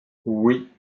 oui